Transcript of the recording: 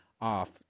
off